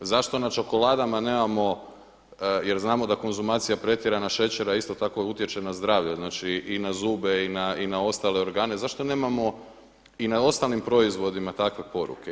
Zašto na čokoladama nemamo jer znamo da konzumacija pretjerana šećera isto tako utječe na zdravlje, znači i na zube i na ostale organe, zašto nemamo i na ostalim proizvodima takve poruke?